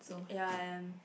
ya I am